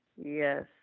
Yes